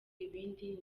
ibindi